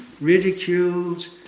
ridiculed